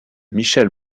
michel